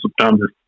September